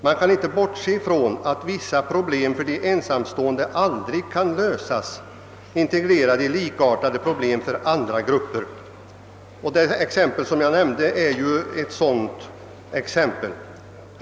Man kan inte bortse från att vissa problem för de ensamstående aldrig kan lösas integrerade i likartade problem för andra grupper. Jag anförde just ett sådant exempel.